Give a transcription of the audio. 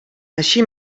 així